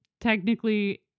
technically